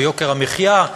ויוקר המחיה,